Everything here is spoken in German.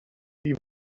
die